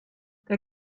der